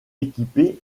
équipées